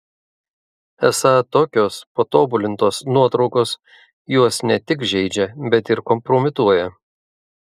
esą tokios patobulintos nuotraukos juos ne tik žeidžia bet ir kompromituoja